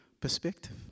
perspective